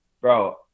bro